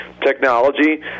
technology